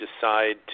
decide